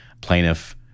plaintiff